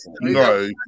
no